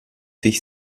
sich